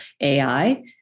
AI